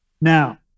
Now